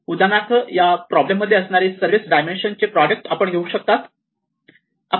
उदाहरणार्थ या प्रॉब्लेम मध्ये असणारे सर्वच डायमेन्शन चे प्रॉडक्ट आपण घेऊ शकतात